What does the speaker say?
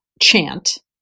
chant